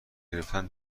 گرفتن